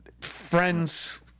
friends